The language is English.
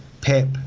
Pep